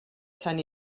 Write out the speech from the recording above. sant